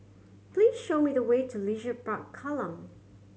please show me the way to Leisure Park Kallang